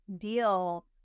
deal